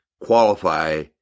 qualify